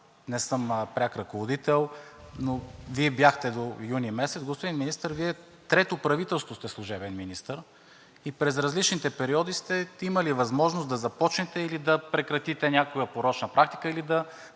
не съм пряк ръководител, Вие бяхте до месец юни. Господин Министър, Вие в трето правителство сте служебен министър и през различните периоди сте имали възможност да започнете или да прекратите някоя порочна практика, или да